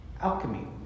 alchemy